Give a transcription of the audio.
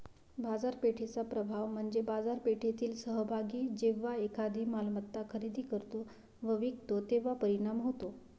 बाजारपेठेचा प्रभाव म्हणजे बाजारपेठेतील सहभागी जेव्हा एखादी मालमत्ता खरेदी करतो व विकतो तेव्हा परिणाम होतो